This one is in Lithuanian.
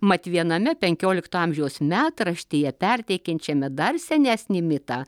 mat viename penkiolikto amžiaus metraštyje perteikiančiame dar senesnį mitą